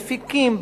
מפיקים,